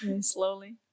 Slowly